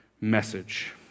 message